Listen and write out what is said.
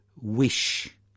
wish